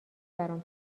برام